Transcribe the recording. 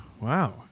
Wow